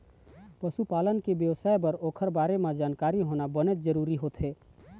पशु पालन के बेवसाय बर ओखर बारे म जानकारी होना बनेच जरूरी होथे